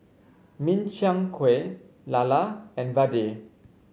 Min Chiang Kueh Lala and Vadai